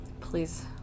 Please